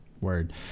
Word